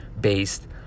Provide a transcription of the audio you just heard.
based